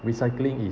recycling is